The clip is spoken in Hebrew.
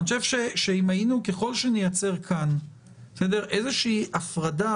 אני חושב שככל שנייצר כאן איזושהי הפרדה